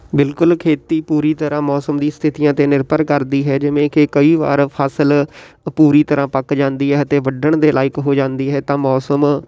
ਬਿਲਕੁਲ ਖੇਤੀ ਪੂਰੀ ਤਰ੍ਹਾਂ ਮੌਸਮ ਦੀ ਸਥਿਤੀਆਂ 'ਤੇ ਨਿਰਭਰ ਕਰਦੀ ਹੈ ਜਿਵੇਂ ਕਿ ਕਈ ਵਾਰ ਫਸਲ ਪੂਰੀ ਤਰ੍ਹਾਂ ਪੱਕ ਜਾਂਦੀ ਹੈ ਅਤੇ ਵੱਢਣ ਦੇ ਲਾਇਕ ਹੋ ਜਾਂਦੀ ਹੈ ਤਾਂ ਮੌਸਮ